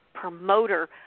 promoter